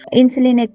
insulin